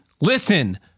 listen